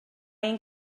ein